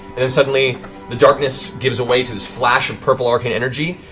and suddenly the darkness gives way to this flash of purple arcane energy,